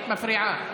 את מפריעה.